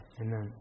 Amen